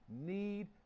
need